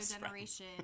generation